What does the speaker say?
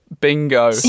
bingo